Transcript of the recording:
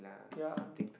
ya